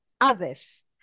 others